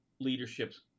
leadership's